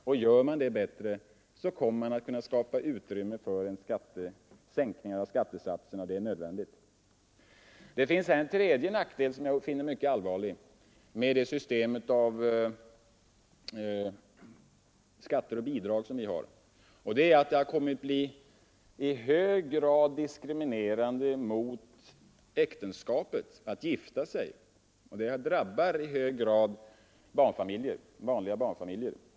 Om man gör detta bättre kommer man att kunna skapa utrymme för den sänkning av skattesatserna som är nödvändig. Det finns en tredje nackdel med det system av skatter och bidrag som vi har och som jag finner mycket allvarlig. Det har kommit att bli i hög grad diskriminerande mot äktenskapet och det drabbar särskilt barnfamiljer.